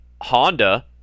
Honda